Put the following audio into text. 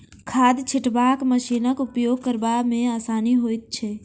खाद छिटबाक मशीनक उपयोग करबा मे आसानी होइत छै